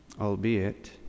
albeit